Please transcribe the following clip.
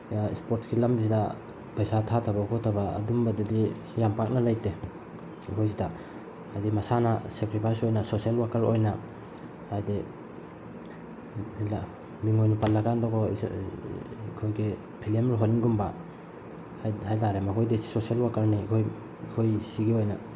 ꯏꯁꯄꯣꯔꯠꯁꯀꯤ ꯂꯝꯁꯤꯗ ꯄꯩꯁꯥ ꯊꯥꯊꯕ ꯈꯣꯠꯊꯕ ꯑꯗꯨꯝꯕꯗꯗꯤ ꯌꯥꯝ ꯄꯥꯛꯅ ꯂꯩꯇꯦ ꯑꯩꯈꯣꯏ ꯁꯤꯗ ꯍꯥꯏꯗꯤ ꯃꯁꯥꯅ ꯁꯦꯀ꯭ꯔꯤꯐꯥꯏꯁ ꯑꯣꯏꯕ ꯁꯣꯁꯦꯜ ꯋꯥꯀꯔ ꯑꯣꯏꯅ ꯍꯥꯏꯗꯤ ꯃꯤꯡ ꯑꯣꯏꯅ ꯄꯜꯂꯀꯥꯟꯗꯀꯣ ꯑꯩꯈꯣꯏꯒꯤ ꯐꯤꯂꯦꯝ ꯔꯣꯍꯟꯒꯨꯝꯕ ꯍꯥꯏ ꯇꯥꯔꯦ ꯃꯈꯣꯏꯗꯤ ꯁꯣꯁꯦꯜ ꯋꯥꯀꯔꯅꯤ ꯑꯩꯈꯣꯏ ꯑꯩꯈꯣꯏꯒꯤ ꯁꯤꯒꯤ ꯑꯣꯏꯅ